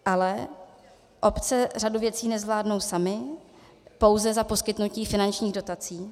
Ale obce řadu věcí nezvládnou samy pouze za poskytnutí finančních dotací.